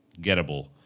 Gettable